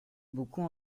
beaucoup